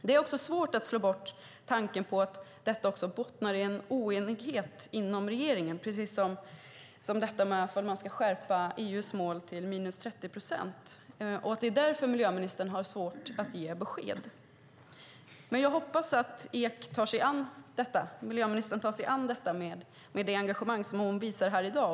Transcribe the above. Det är också svårt att slå bort tanken att det också bottnar i en oenighet inom regeringen precis som detta med ifall man ska skärpa EU:s mål till 30 procent och att det är därför som miljöministern har svårt att ge besked. Jag hoppas att miljöministern tar sig an detta med det engagemang som hon visar här i dag.